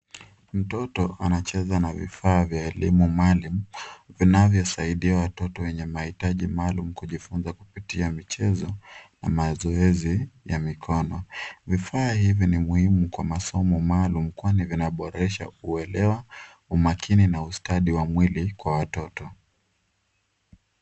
Mtoto anacheza na vifaa vya elimu maalum vinavyosaidia watoto yenye mahitaji maalum kujifunza kupitia michezo na mazoezi ya mikono. Vifaa hivi ni muhimu kwa masomo maalum kwani vinaboresha kuelewa umakini na ustadi wa mwili kwa watoto.